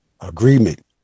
Agreement